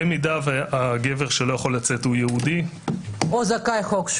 אם הגבר שלא יכול לצאת הוא יהודי --- לא יהודי.